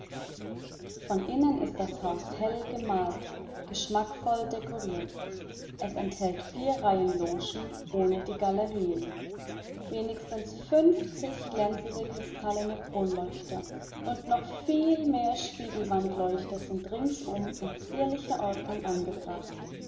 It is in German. von innen ist das haus hell gemalt geschmackvoll dekoriert es enthält vier reihen logen ohne die galerien wenigstens fünfzig glänzende kristallene kronleuchter und noch viel mehr spiegelwandleuchter sind ringsum in zierlicher ordnung angebracht